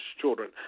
children